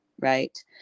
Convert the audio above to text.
right